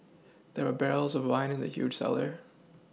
there were barrels of wine in the huge cellar